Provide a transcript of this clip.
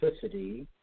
simplicity